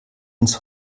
ins